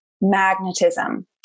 magnetism